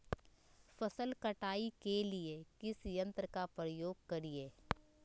फसल कटाई के लिए किस यंत्र का प्रयोग करिये?